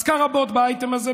היא עסקה רבות באייטם הזה,